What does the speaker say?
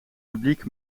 publiek